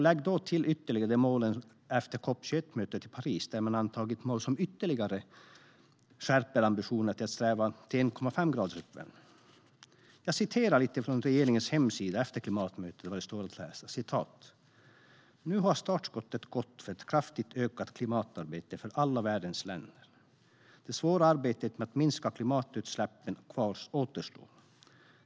Lägg därtill de nya målen efter COP 21-mötet i Paris, där ambitionerna skärptes ytterligare till 1,5 graders uppvärmning. Efter klimatmötet stod följande att läsa på regeringens hemsida: "Nu har startskottet gått för ett kraftigt ökat klimatarbete för alla världens länder. Det svåra arbetet med att minska klimatutsläppen återstår.